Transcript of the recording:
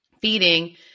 feeding